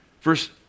Verse